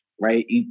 right